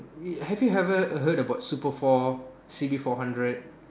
have you ever heard about super four C D four hundred